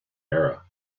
era